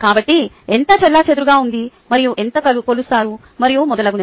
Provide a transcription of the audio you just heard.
కాబట్టి ఎంత చెల్లాచెదురుగా ఉంది మరియు ఎంత కొలుస్తారు మరియు మొదలగునవి